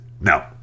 No